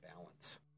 balance